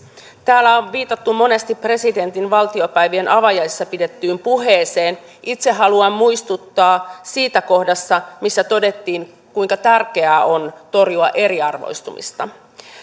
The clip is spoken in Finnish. täällä on viitattu monesti presidentin valtiopäivien avajaisissa pitämään puheeseen itse haluan muistuttaa siitä kohdasta missä todettiin kuinka tärkeää on torjua eriarvoistumista